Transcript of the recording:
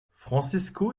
francesco